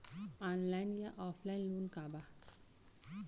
Online या offline loan का बा?